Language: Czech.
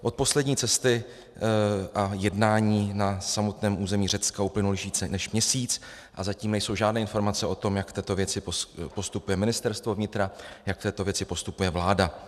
Od poslední cesty a jednání na samotném území Řecka uplynul již více než měsíc a zatím nejsou žádné informace o tom, jak v této věci postupuje Ministerstvo vnitra, jak v této věci postupuje vláda.